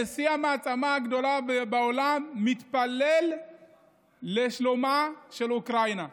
נשיא המעצמה הגדולה בעולם מתפלל לשלומה של אוקראינה.